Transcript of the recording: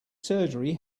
surgery